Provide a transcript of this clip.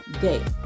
date